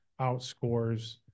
outscores